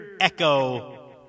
echo